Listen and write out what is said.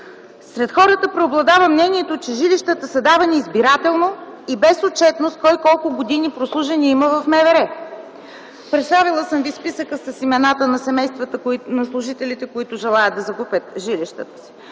Сред хората преобладава мнението, че жилищата са давани избирателно и безотчетно - кой колко прослужени години има в МВР. Представила съм Ви списъка с имената на семействата на служителите, които желаят да закупят жилищата си.